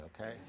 okay